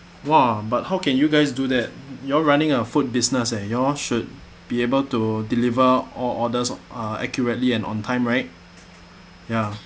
!wah! but how can you guys do that you're running a food business eh you all should be able to deliver all orders uh accurately and on time right ya